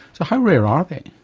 so how rare are they?